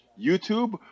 YouTube